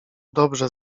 dobrze